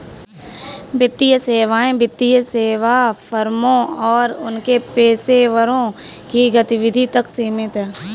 वित्तीय सेवाएं वित्तीय सेवा फर्मों और उनके पेशेवरों की गतिविधि तक सीमित हैं